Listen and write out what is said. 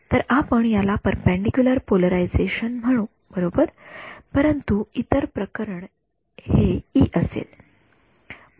तर आपण याला पेरपेंडीक्युलर पोलरायझेशन म्हणू बरोबर परंतु इतर प्रकरण इ असे असेल